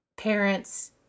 parents